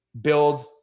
build